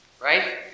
right